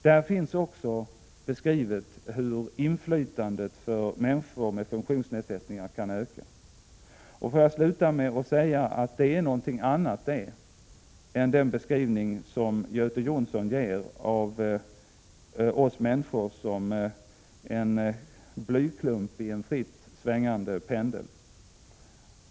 Där finns också beskrivet hur inflytandet för människor med funktionsnedsättningar kan öka. Låt mig sluta med att säga att detta är någonting annat än den beskrivning som Göte Jonsson ger av oss människor — som en blyklump i en fritt svängande pendel.